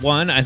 One